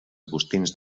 agustins